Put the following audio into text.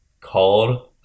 called